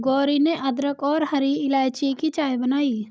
गौरी ने अदरक और हरी इलायची की चाय बनाई